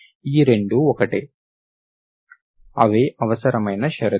ఈ రెండూ ఒకటే అవే అవసరమైన షరతులు